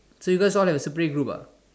so you guys all got separate group ah